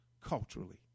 culturally